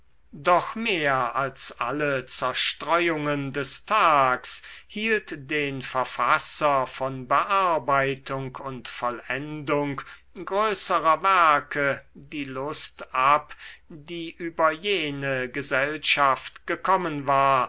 doch mehr als alle zerstreuungen des tags hielt den verfasser von bearbeitung und vollendung größerer werke die lust ab die über jene gesellschaft gekommen war